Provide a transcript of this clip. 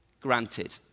Granted